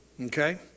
okay